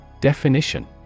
Definition